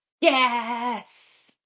yes